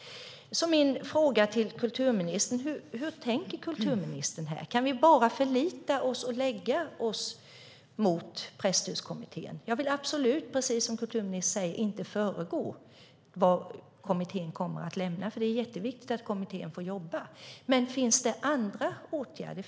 Min fråga till kulturministern är: Hur tänker kulturministern här? Kan vi bara förlita oss på och luta oss mot presstödskommittén? Precis som kulturministern vill jag absolut inte föregå kommitténs arbete, för det är jätteviktigt att kommittén får jobba. Men finns det andra åtgärder?